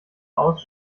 aus